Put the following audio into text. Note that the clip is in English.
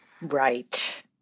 Right